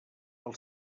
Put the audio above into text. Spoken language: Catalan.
pel